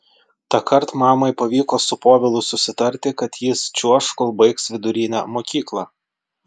tąkart mamai pavyko su povilu susitarti kad jis čiuoš kol baigs vidurinę mokyklą